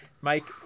Mike